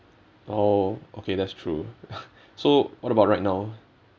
oh okay that's true so what about right now